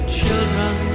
children